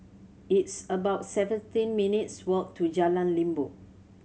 it's about seventeen minutes' walk to Jalan Limbok